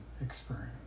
experience